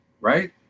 right